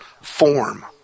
form